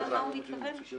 מה הוא מתכוון?